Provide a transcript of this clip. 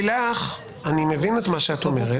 לילך, אני מבין את מה שאת אומרת.